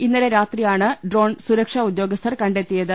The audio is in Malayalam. ഇന്നലെ രാത്രിയാണ് ഡ്രോൺ സുരക്ഷാ ഉദ്യോഗസ്ഥർ കണ്ടെത്തിയത്